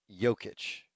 Jokic